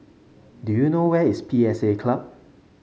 do you know where is P S A Club